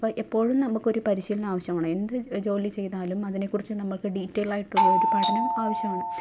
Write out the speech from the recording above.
അപ്പം എപ്പോഴും നമുക്കൊരു പരിശീലനം ആവശ്യമാണ് എന്ത് ജോലി ചെയ്താലും അതിനെക്കുറിച്ച് നമുക്ക് ഡീറ്റെയ്ലായിട്ടുള്ളൊരു പഠനം ആവശ്യമാണ്